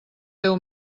déu